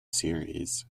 series